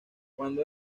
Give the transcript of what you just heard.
cuando